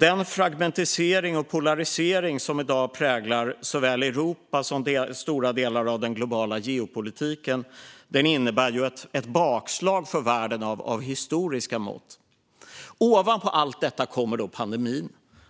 Den fragmentisering och polarisering som i dag präglar såväl Europa som stora delar av den globala geopolitiken innebär ett bakslag för världen av historiska mått. Ovanpå allt detta kommer pandemin